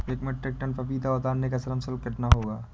एक metric tonne पपीता उतारने का श्रम शुल्क कितना होगा?